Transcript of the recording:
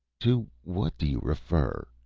to what do you refer?